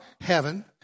heaven